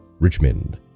Richmond